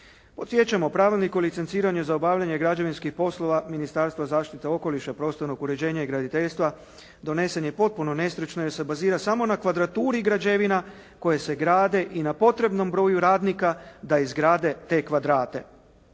Podsjećamo, Pravilnik o licenciranju za obavljanje građevinskih poslova Ministarstva zaštite okoliša, prostornog uređenja i graditeljstva donesen je potpuno nestručno jer se bazira samo na kvadraturi građevina koje se grade i na potrebnom broju radnika da izgrade te kvadrate.